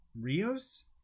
Rios